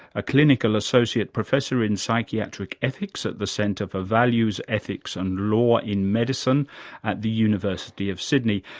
a clinical associate professor in psychiatric ethics at the centre for values, ethics and law in medicine at the university of sydney,